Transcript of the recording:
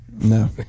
No